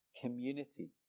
community